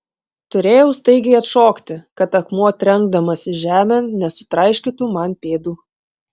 turėjau staigiai atšokti kad akmuo trenkdamasis žemėn nesutraiškytų man pėdų